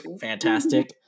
fantastic